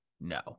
No